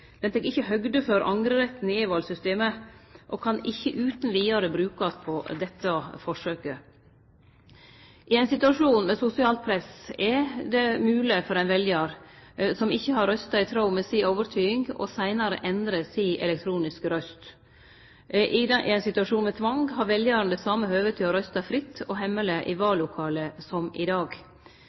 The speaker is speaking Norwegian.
tek ikkje atterhald for angreretten i e-valsystemet og kan ikkje utan vidare brukast på dette forsøket. I ein situasjon med sosialt press er det mogleg for ein veljar som ikkje har røysta i tråd med si overtyding, seinare å endre si elektroniske røyst. I ein situasjon med tvang har veljaren det same høvet til å røyste fritt og hemmeleg i vallokalet som i dag.